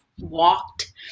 walked